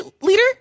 leader